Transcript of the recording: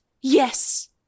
Yes